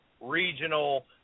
regional